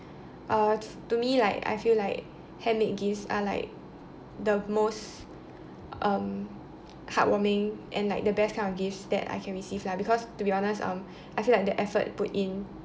uh to me like I feel like handmade gifts are like the most um heartwarming and like the best kind of gift that I can receive lah because to be honest um I feel like the effort put in